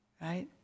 right